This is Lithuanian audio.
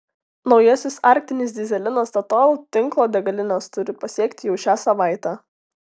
naujasis arktinis dyzelinas statoil tinklo degalines turi pasiekti jau šią savaitę